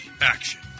Action